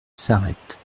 s’arrête